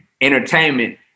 entertainment